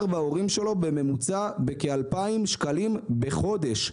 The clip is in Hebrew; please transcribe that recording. בהורים שלו בממוצע בכ-2,000 שקלים בחודש.